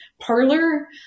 Parlor